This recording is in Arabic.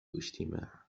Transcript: اجتماع